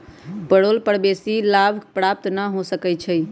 payroll कर बेशी लाभ प्राप्त न हो सकै छइ